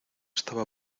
estaba